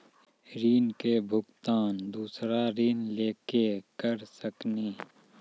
ऋण के भुगतान दूसरा ऋण लेके करऽ सकनी?